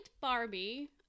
Barbie